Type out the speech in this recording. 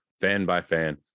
fan-by-fan